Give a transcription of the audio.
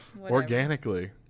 organically